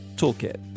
Toolkit